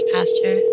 Pastor